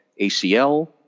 ACL